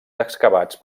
excavats